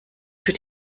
für